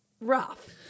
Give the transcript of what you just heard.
rough